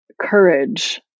courage